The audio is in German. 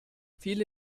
viele